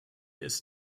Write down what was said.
ist